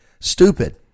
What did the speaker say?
stupid